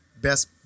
Best